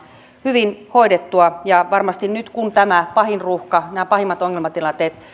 hyvin hoidettua ja varmasti nyt kun tämä pahin ruuhka nämä pahimmat ongelmatilanteet